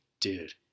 Dude